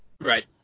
Right